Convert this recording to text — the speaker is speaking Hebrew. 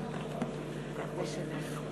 שר האוצר הבא.